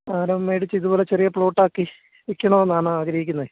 സ്ഥലം മേടിച്ച് ഇത് പോലെ ചെറിയ പ്ലോട്ട് ആക്കി വിൽക്കണം എന്നാണ് ആഗ്രഹിക്കുന്നത്